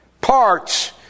parts